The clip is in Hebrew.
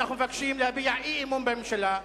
אנחנו מבקשים להביע אי-אמון בממשלה,